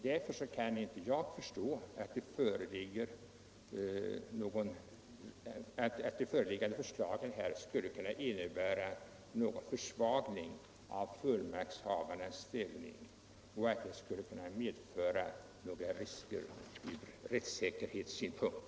Därför kan inte jag förstå att de föreliggande förslagen skulle innebära någon försvagning av fullmaktshavarnas ställning och några risker ur rättssäkerhetssynpunkt.